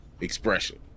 expression